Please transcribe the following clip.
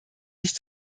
sich